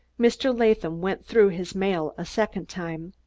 mr. latham went through his mail a second time.